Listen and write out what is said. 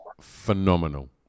phenomenal